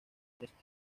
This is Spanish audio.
brescia